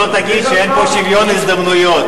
שלא תגיד שאין פה שוויון הזדמנויות.